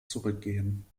zurückgehen